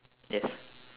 yes